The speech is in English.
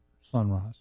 sunrise